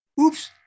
Oops